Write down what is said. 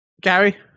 Gary